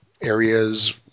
areas